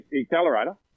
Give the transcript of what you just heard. accelerator